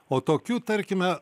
o tokių tarkime